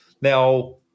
Now